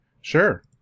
sure